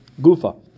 Gufa